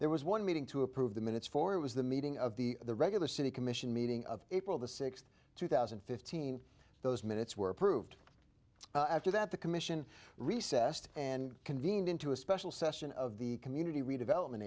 there was one meeting to approve the minutes for it was the meeting of the regular city commission meeting of april the sixth two thousand and fifteen those minutes were approved after that the commission recessed and convened into a special session of the community redevelopment